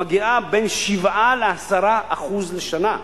היא בין 7% ל-10% לשנה,